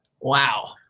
wow